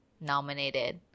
nominated